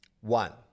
One